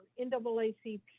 NAACP